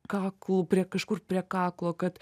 kaklu prie kažkur prie kaklo kad